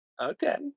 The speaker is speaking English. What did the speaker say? Okay